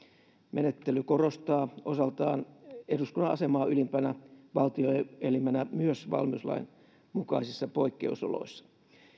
menettely korostaa osaltaan eduskunnan asemaa ylimpänä valtioelimenä myös valmiuslain mukaisissa poikkeusoloissa